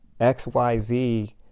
XYZ